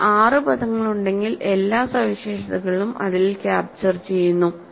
എനിക്ക് ആറ് പദങ്ങളുണ്ടെങ്കിൽ എല്ലാ സവിശേഷതകളും അതിൽ ക്യാപ്ചർ ചെയ്യുന്നു